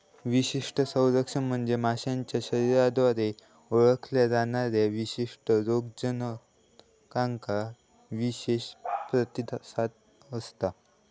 विशिष्ट संरक्षण म्हणजे माशाच्या शरीराद्वारे ओळखल्या जाणाऱ्या विशिष्ट रोगजनकांका विशेष प्रतिसाद असता